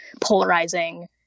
polarizing